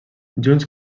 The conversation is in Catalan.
junts